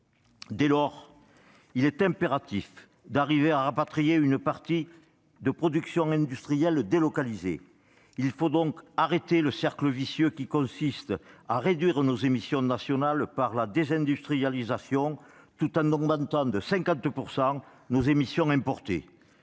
Dès lors, il est impératif d'arriver à rapatrier une partie de la production industrielle délocalisée. Il faut casser le cercle vicieux qui consiste à réduire nos émissions nationales par la désindustrialisation, tout en augmentant de 50 % nos émissions importées.